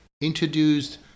introduced